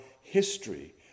history